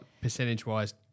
percentage-wise